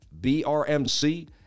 BRMC